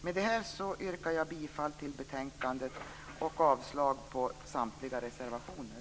Jag yrkar bifall till hemställan i betänkandet och avslag på samtliga reservationer.